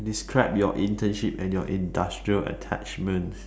describe your internship and your industrial attachments